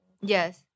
Yes